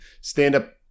stand-up